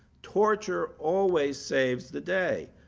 torture always saves the day.